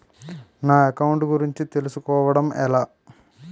నా అకౌంట్ గురించి తెలుసు కోవడం ఎలా?